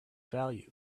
value